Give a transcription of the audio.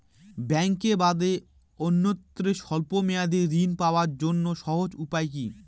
ব্যাঙ্কে বাদে অন্যত্র স্বল্প মেয়াদি ঋণ পাওয়ার জন্য সহজ উপায় কি?